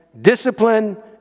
discipline